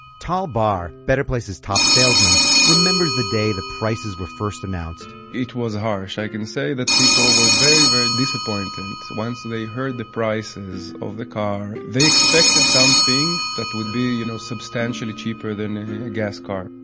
tal bar, better place's top salesman, remembers the day the prices were first announced it was harsh. i can say that people were very very disappointed and once they heard the prices of the car. they expected something, that would be, you know, substantially cheaper than a gas car.